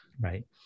right